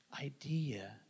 idea